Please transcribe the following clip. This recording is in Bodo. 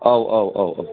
औ औ औ औ